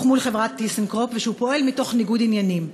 מול חברת "טיסנקרופ" ושהוא פועל מתוך ניגוד עניינים.